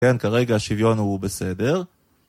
כן כרגע שוויון הוא בסדר